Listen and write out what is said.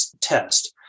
test